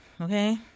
okay